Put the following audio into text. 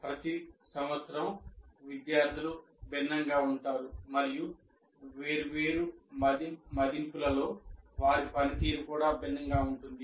ప్రతి సంవత్సరం విద్యార్థులు భిన్నంగా ఉంటారు మరియు వేర్వేరు మదింపులలో వారి పనితీరు కూడా భిన్నంగా ఉంటుంది